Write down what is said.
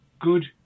Good